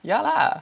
ya lah